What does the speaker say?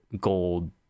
gold